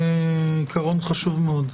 זה עקרון חשוב מאוד.